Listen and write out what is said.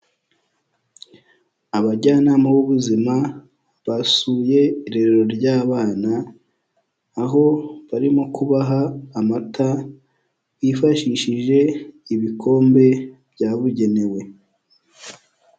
Abajyanama b'ubuzima basuye irerero ry'abana aho barimo kubaha amata bifashishije ibikombe byabugenewe.